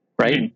right